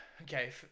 Okay